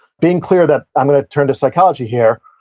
being clear that i'm going to turn to psychology here,